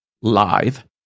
live